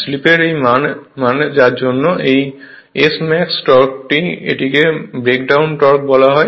স্লিপের এই মান যার জন্য এই Smax টর্ক এটিকে ব্রেকডাউন টর্ক বলা হয়